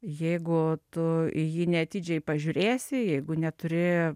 jeigu tu į jį neatidžiai pažiūrėsi jeigu neturi